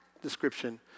description